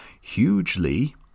hugely